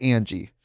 Angie